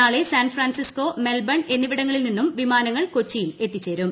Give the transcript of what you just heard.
നാളെ San Francisco Melbourne എന്നിവിടങ്ങളിൽനിന്നും വിമാനങ്ങൾ കൊച്ചിയിൽ എത്തിച്ചേരും